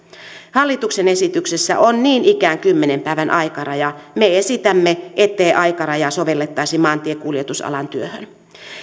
hallituksen esityksessä on niin ikään kymmenen päivän aikaraja me esitämme ettei aikarajaa sovellettaisi maantiekuljetusalan työhön